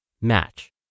match